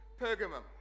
Pergamum